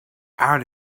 out